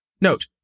Note